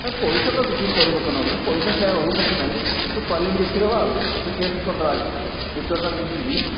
ନା ପଇସା ତ କିଛି ପରିବର୍ତ୍ତନ ହେବନି ପଇସା ସେୟା ରହୁ କିଛି ନାହିଁ କିନ୍ତୁ କ୍ବାଲିଟି ଦେଖିଦେବା ଟିକିଏ ଟେଷ୍ଟ୍ କରିଦେବା ଆଜି ମିଟର୍ଟା ନେଇକି ଯିବି